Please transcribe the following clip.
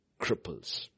cripples